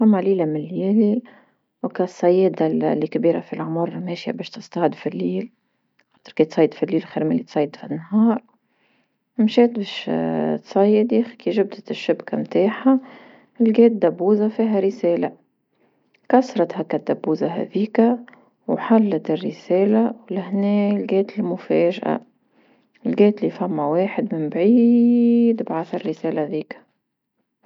ثمة ليلة من ليالي وكا صيادة اللي كبيرة في العمر ماشية باش تصطاد في الليل، خاطر كيتصيد في الليل خير ملي تصيد في النهار، مشات باش تصيد كي جبدت شبكة نتاعها لقات دابوزة فيها رسالة، كسرت هك دبوزة هاذيكا وحلت الرسالة ولهني لقات مفاجأة، لقات لي ثما واحد من بعيد بعث الرسالة ذيكا.